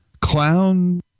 Clown